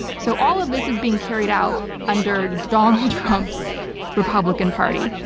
so all of this is being carried out under donald trump's republican party.